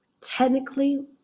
technically